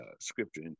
scripture